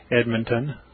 Edmonton